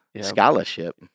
scholarship